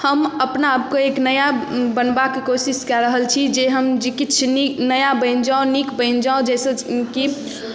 हम अपना आपके एक नया बनबाके कोशिश कए रहल छी जे हम जे किछु नीक नया बनि जाउ नीक बनि जाउ जाहिसँ कि